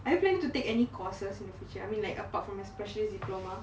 are you planning to take any courses in the future I mean like apart from your specialist diploma